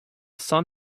sun